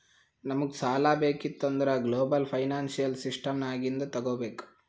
ನಮುಗ್ ಸಾಲಾ ಬೇಕಿತ್ತು ಅಂದುರ್ ಗ್ಲೋಬಲ್ ಫೈನಾನ್ಸಿಯಲ್ ಸಿಸ್ಟಮ್ ನಾಗಿಂದೆ ತಗೋಬೇಕ್